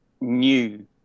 new